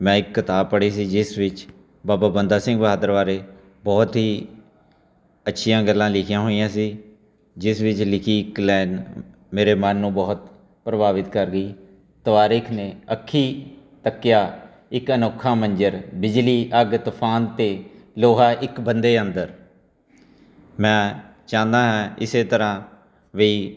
ਮੈਂ ਇੱਕ ਕਿਤਾਬ ਪੜ੍ਹੀ ਸੀ ਜਿਸ ਵਿੱਚ ਬਾਬਾ ਬੰਦਾ ਸਿੰਘ ਬਹਾਦਰ ਬਾਰੇ ਬਹੁਤ ਹੀ ਅੱਛੀਆਂ ਗੱਲਾਂ ਲਿਖੀਆਂ ਹੋਈਆਂ ਸੀ ਜਿਸ ਵਿੱਚ ਲਿਖੀ ਇੱਕ ਲਾਈਨ ਮੇਰੇ ਮਨ ਨੂੰ ਬਹੁਤ ਪ੍ਰਭਾਵਿਤ ਕਰ ਗਈ ਤਵਾਰੀਖ ਨੇ ਅੱਖੀ ਤੱਕਿਆ ਇੱਕ ਅਨੋਖਾ ਮੰਜਰ ਬਿਜਲੀ ਅੱਗ ਤੂਫਾਨ ਅਤੇ ਲੋਹਾ ਇੱਕ ਬੰਦੇ ਅੰਦਰ ਮੈਂ ਚਾਹੁੰਦਾ ਹਾਂ ਇਸੇ ਤਰ੍ਹਾਂ ਵੀ